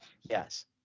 Yes